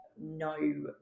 no